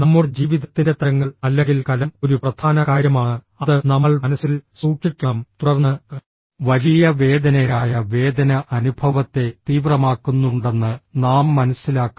നമ്മുടെ ജീവിതത്തിന്റെ തരങ്ങൾ അല്ലെങ്കിൽ കലം ഒരു പ്രധാന കാര്യമാണ് അത് നമ്മൾ മനസ്സിൽ സൂക്ഷിക്കണം തുടർന്ന് വലിയ വേദനയായ വേദന അനുഭവത്തെ തീവ്രമാക്കുന്നുണ്ടെന്ന് നാം മനസ്സിലാക്കണം